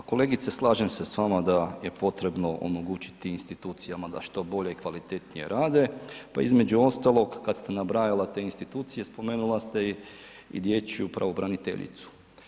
Pa kolegice slažem se s vama da je potrebno omogućiti institucijama da što bolje i kvalitetnije rade, pa između ostalog kad ste nabrajala te institucije spomenula ste i dječju pravobraniteljicu.